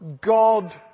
God